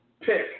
pick